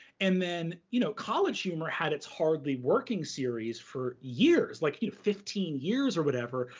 and then you know college humor had its hardly working series for years, like you know fifteen years or whatever,